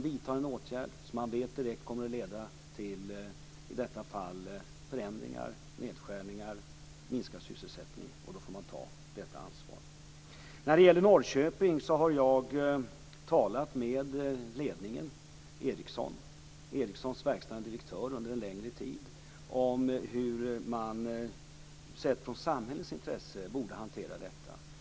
När en åtgärd vidtas som man vet, som i detta fall, direkt kommer att leda till förändringar, nedskärningar och minskad sysselsättning får man ta detta ansvar. I fråga om Norrköping har jag talat med Ericssons ledning. Jag har under en längre tid haft samtal med Ericssons verkställande direktör om hur man, sett till samhällets intresse, borde hantera detta.